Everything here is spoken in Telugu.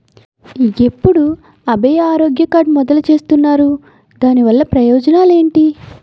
ఎప్పుడు అభయ ఆరోగ్య కార్డ్ మొదలు చేస్తున్నారు? దాని వల్ల ప్రయోజనాలు ఎంటి?